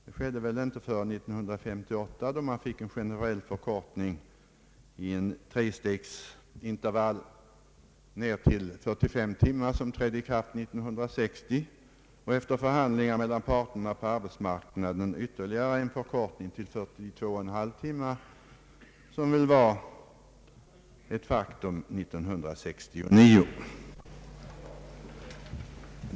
Det skedde väl inte förrän 1958, då man fick en generell förkortning i en trestegsintervall ned till 45 timmar, som trädde i kraft 1960. Efter förhandlingar mellan parterna på arbetsmarknaden skedde ytterligare en förkortning till 42,5 timmar, vilket var ett faktum 1969.